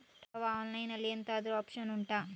ಅಥವಾ ಆನ್ಲೈನ್ ಅಲ್ಲಿ ಎಂತಾದ್ರೂ ಒಪ್ಶನ್ ಉಂಟಾ